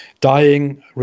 dying